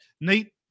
Nate